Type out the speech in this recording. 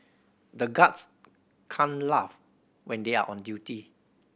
the guards can't laugh when they are on duty